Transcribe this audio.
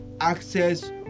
access